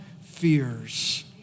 fears